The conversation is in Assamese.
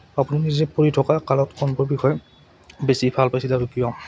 আপুনি নিজে পঢ়ি থাকা কালত কোনবোৰ বিষয় বেছি ভাল পাইছিল আৰু কিয়